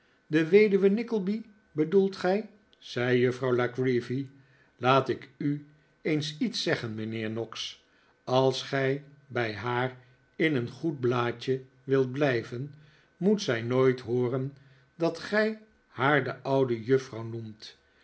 de weduwe nickleby bedoelt gij zei juffrouw la creevy laat ik u eens iets zeggen mijnheer noggs als gij bij haar in een goed blaadje wilt blijven moet zij nooit hooren dat gij haar de oude juffrouw noemt